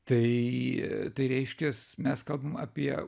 tai tai reiškias mes kalbam apie